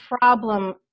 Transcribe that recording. problem